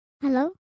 Hello